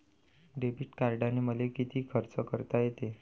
Debit कार्डानं मले किती खर्च करता येते?